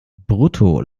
brutto